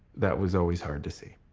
that was always hard to see,